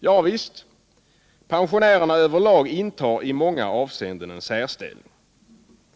Javisst, pensionärerna över lag intar i många avseenden en särställning.